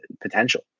potential